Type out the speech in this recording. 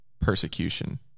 persecution